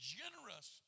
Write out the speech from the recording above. generous